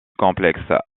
complexe